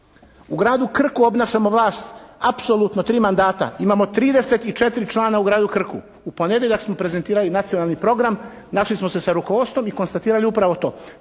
U gradu Krku obnašamo vlast apsolutno 3 mandata. Imamo 34 člana u gradu Krku. U ponedjeljak smo prezentirali nacionalni program. Našli smo se sa rukovodstvom i konstatirali upravo to.